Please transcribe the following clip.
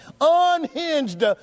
unhinged